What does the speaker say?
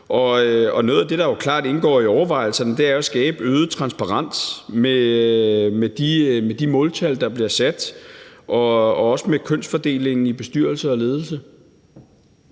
Og noget af det, der klart indgår i overvejelserne, er jo at skabe øget transparens med de måltal, der bliver sat, og også med kønsfordelingen i bestyrelserne og ledelserne.